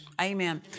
amen